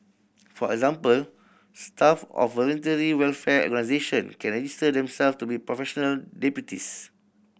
for example staff of voluntary welfare organisation can register themselves to be professional deputies